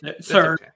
sir